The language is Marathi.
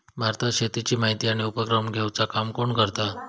भारतात शेतीची माहिती आणि उपक्रम घेवचा काम कोण करता?